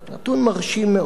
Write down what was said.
נתון מרשים מאוד.